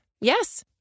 Yes